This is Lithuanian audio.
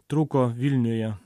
truko vilniuje